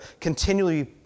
continually